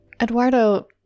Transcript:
Eduardo